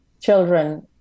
children